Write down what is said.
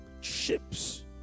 ships